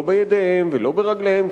לא בידיהם ולא ברגליהם,